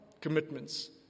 commitments